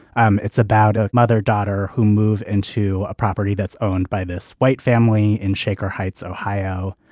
um it's about a mother, daughter, who move into a property that's owned by this white family in shaker heights, ohio.